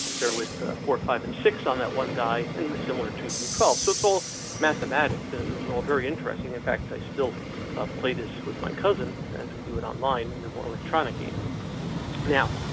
there with four, five, and six on that one guy in the similar two through twelve. so it's all mathematics, and it was all very interesting. in fact, i still ah play this with my cousin as we do it online in the more electronic game now.